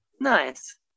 Nice